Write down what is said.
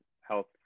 health